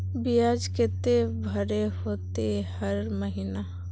बियाज केते भरे होते हर महीना?